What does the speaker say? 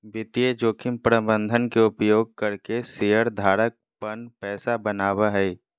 वित्तीय जोखिम प्रबंधन के उपयोग करके शेयर धारक पन पैसा बनावय हय